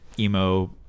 emo